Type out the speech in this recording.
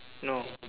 no